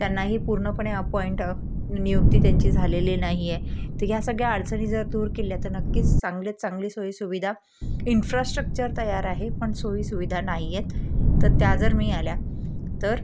त्यांना ही पूर्णपणे अपॉईंट नियुक्ती त्यांची झालेली नाही आहे तर ह्या सगळ्या अडचणी जर दूर केल्या तर नक्कीच चांगल्यात चांगली सोई सुविधा इन्फ्रास्ट्रक्चर तयार आहे पण सोई सुविधा नाही आहेत तर त्या जर मिळाल्या तर